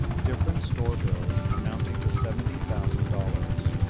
different store bills amounting to seventy thousand dollars.